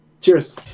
Cheers